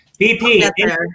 BP